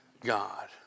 God